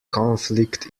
conflict